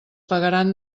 pagaran